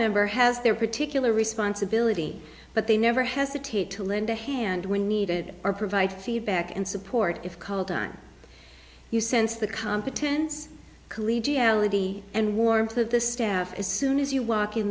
member has their particular responsibility but they never hesitate to lend a hand when needed or provide feedback and support if called on you sense the competence collegiality and warmth of the staff as soon as you walk in